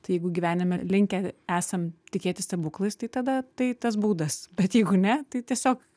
tai jeigu gyvenime linkę esam tikėti stebuklais tai tada tai tas būdas bet jeigu ne tai tiesiog